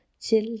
chill